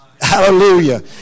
Hallelujah